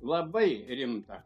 labai rimta